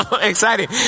exciting